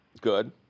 Good